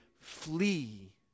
flee